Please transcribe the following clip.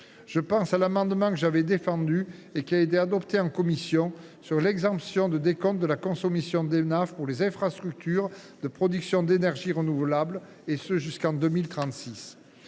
Je pense ainsi à l’amendement que j’ai défendu et qui a été adopté en commission visant à exclure du décompte de la consommation d’Enaf les infrastructures de production d’énergies renouvelables, et ce jusqu’en 2036.